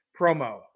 promo